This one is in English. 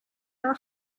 are